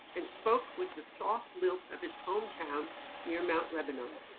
and spoke with the soft lilt of his hometown near mount lebanon.